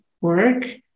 work